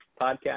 podcast